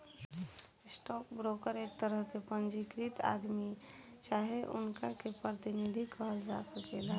stock broker एक तरह के पंजीकृत आदमी चाहे उनका के प्रतिनिधि कहल जा सकेला